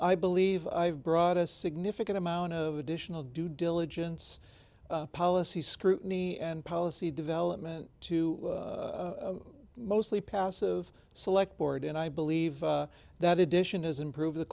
i believe i've brought a significant amount of additional due diligence policy scrutiny and policy development to mostly passive select board and i believe that addition is improve the